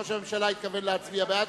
ראש הממשלה התכוון להצביע בעד.